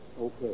okay